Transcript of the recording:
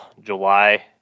July